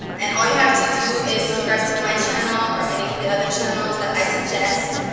and all you have to do is subscribe to my channel, or any of the other channels that i suggest.